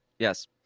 Yes